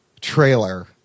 trailer